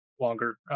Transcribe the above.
longer